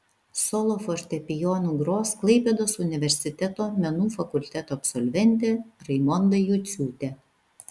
solo fortepijonu gros klaipėdos universiteto menų fakulteto absolventė raimonda juciūtė